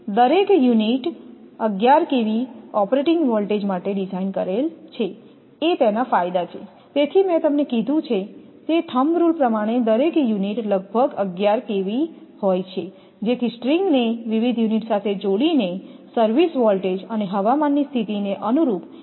તેથી દરેક unit 11 kV operating voltage માટે ડિઝાઇન કરેલ છે એ તેના ફાયદા છે તેથી મેં તમને કીધું છે તે થમ્બ રૂલ પ્રમાણે દરેક યુનિટ લગભગ 11 kV હોય છે જેથી સ્ટ્રિંગને વિવિધ યુનિટ સાથે જોડીને સર્વિસ વોલ્ટેજ અને હવામાનની સ્થિતિને અનુરૂપ એસેમ્બલ કરી શકાય